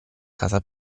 casa